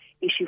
issue